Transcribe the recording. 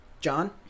John